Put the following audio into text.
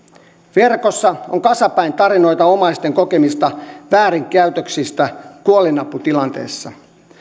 verkossa on kasapäin tarinoita omaisten kokemista väärinkäytöksistä kuolinaputilanteissa